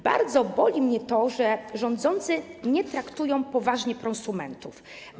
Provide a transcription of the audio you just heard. Bardzo boli mnie to, że rządzący nie traktują poważnie prosumentów.